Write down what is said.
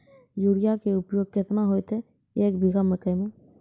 Urea के उपयोग केतना होइतै, एक बीघा मकई मे?